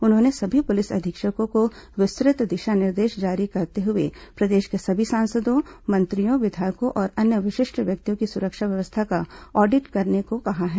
उन्होंने सभी पुलिस अधीक्षकों को विस्तृत दिशा निर्देश जारी करते हुए प्रदेश के सभी सांसदों मंत्रियों विधायकों और अन्य विशिष्ट व्यक्तियों की सुरक्षा व्यवस्था का ऑडिट करने को कहा है